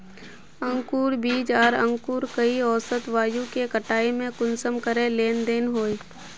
अंकूर बीज आर अंकूर कई औसत आयु के कटाई में कुंसम करे लेन देन होए?